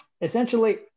Essentially